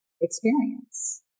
experience